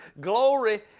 glory